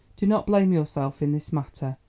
do not blame yourself in this matter,